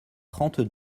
trente